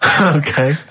Okay